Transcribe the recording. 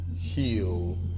Heal